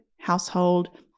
household